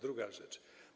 Druga rzecz.